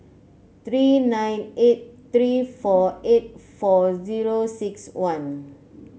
three nine eight three four eight four zero six one